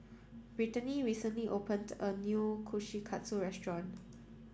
Britany recently opened a new Kushikatsu restaurant